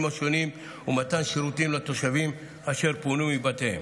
השונים ומתן שירותים לתושבים אשר פונו מבתיהם.